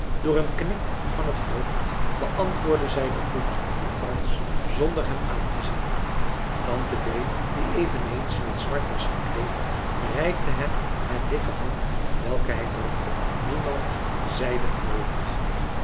door een knik van het hoofd beantwoordde zij den groet van frans zonder hem aantezien tante bee die eveneens in het zwart was gekleed reikte hem haar dikke hand welke hij drukte niemand zeide een woord